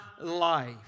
life